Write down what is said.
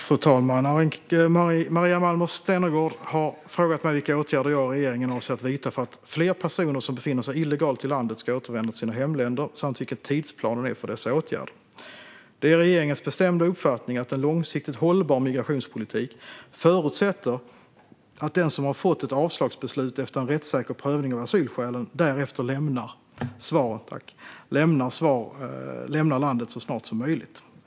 Fru talman! Maria Malmer Stenergard har frågat mig vilka åtgärder jag och regeringen avser att vidta för att fler personer som befinner sig illegalt i landet ska återvända till sina hemländer samt vilken tidsplanen är för dessa åtgärder. Det är regeringens bestämda uppfattning att en långsiktigt hållbar migrationspolitik förutsätter att den som har fått ett avslagsbeslut efter en rättssäker prövning av asylskälen därefter lämnar landet så snart som möjligt.